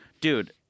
dude